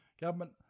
government